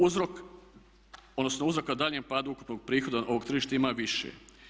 Uzrok, odnosno uzrok ka daljnjem padu ukupnog prihoda ovog tržišta ima više.